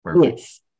Yes